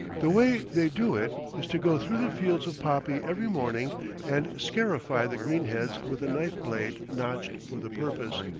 the way they do it is to go through the fields of poppy every morning and scarify the green heads with a knife-blade notched for the purpose,